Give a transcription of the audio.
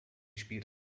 spielt